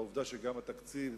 העובדה שגם התקציב